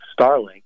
Starlink